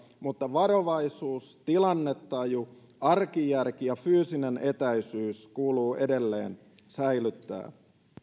mutta varovaisuus tilannetaju arkijärki ja fyysinen etäisyys kuuluu edelleen säilyttää